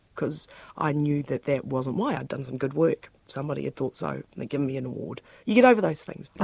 because i knew that that wasn't why, i'd done some good work, somebody thought so and they'd given me an award. you get over those things,